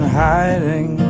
hiding